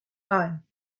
time